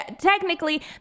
technically